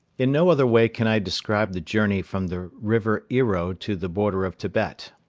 in no other way can i describe the journey from the river ero to the border of tibet.